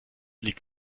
liegt